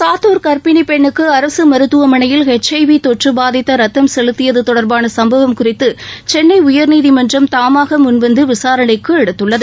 சாத்தூர் காப்பிணி பெண்ணுக்கு அரசு மருத்துவமனையில் எச் ஐ வி தொற்று பாதித்த ரத்தம் செலுத்தியது தொடர்பான சம்பவம் குறித்து சென்னை உயர்நீதிமன்றம் தாமாக முன்வந்து விசாரணைக்கு எடுத்துள்ளது